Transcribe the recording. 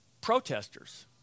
Protesters